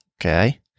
Okay